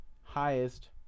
highest